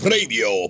Radio